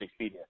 Expedia